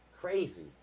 crazy